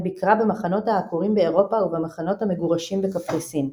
ביקרה במחנות העקורים באירופה ובמחנות המגורשים בקפריסין.